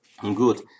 Good